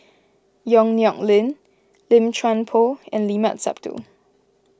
Yong Nyuk Lin Lim Chuan Poh and Limat Sabtu